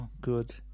good